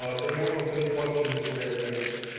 ah so, anyone with any questions for mayor genrich.